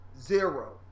Zero